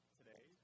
today